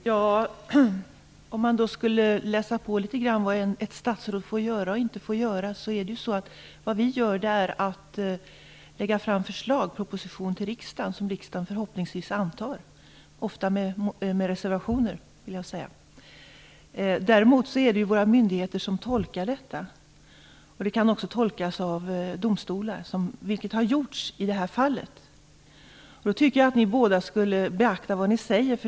Fru talman! Debattörerna kanske borde läsa på litet grand vad det är ett statsråd får och inte får göra. Vad vi statsråd gör är att lägga fram förslag, propositioner, till riksdagen, förslag som riksdagen förhoppningsvis - men ofta med reservationer - antar. Däremot är det våra myndigheter som tolkar denna lagstiftning. Den kan också tolkas av domstolar, vilket har gjorts i det här fallet. Jag tycker att ni både skulle beakta vad ni säger.